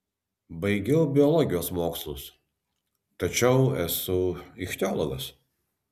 baigiau biologijos mokslus tačiau esu ichtiologas